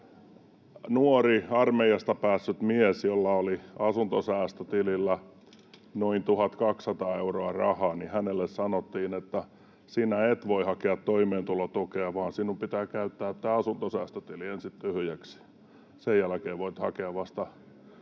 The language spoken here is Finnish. nuorelle armeijasta päässeelle miehelle, jolla oli asuntosäästötilillä noin 1 200 euroa rahaa, sanottiin, että sinä et voi hakea toimeentulotukea vaan sinun pitää käyttää tämä asuntosäästötili ensin tyhjäksi ja vasta sen jälkeen voit hakea